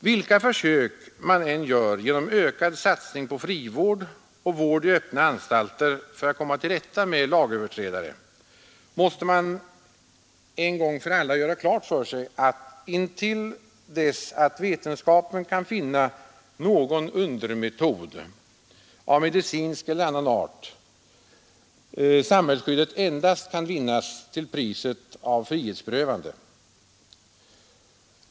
Vilka försök man än gör genom ökad satsning på frivård och vård i öppna anstalter för att komma till rätta med lagöverträdare måste man en gång för alla göra klart för sig att intill dess att vetenskapen kan finna någon undermetod av medicinsk eller annan art kan samhällsskyddet endast vinnas till priset av frihetsberövande.